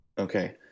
Okay